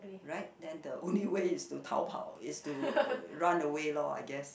right then the only way is to 逃跑: tao pao is to run away lor I guess